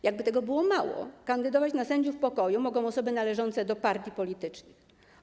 Jakby tego było mało, kandydować na sędziów pokoju mogą osoby należące do partii politycznych.